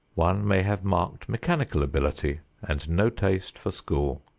one may have marked mechanical ability and no taste for school.